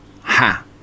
Ha